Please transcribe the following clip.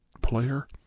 player